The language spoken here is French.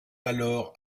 alors